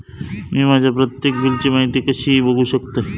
मी माझ्या प्रत्येक बिलची माहिती कशी बघू शकतय?